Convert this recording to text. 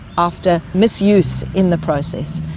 after misuse in the process.